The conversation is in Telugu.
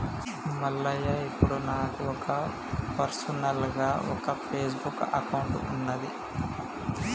మల్లయ్య ఇప్పుడు నాకు పర్సనల్గా ఒక ఫేస్బుక్ అకౌంట్ ఉన్నది